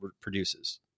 produces